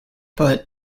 but